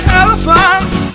elephants